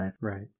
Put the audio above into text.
Right